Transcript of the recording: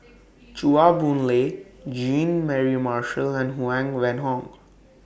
Chua Boon Lay Jean Mary Marshall and Huang Wenhong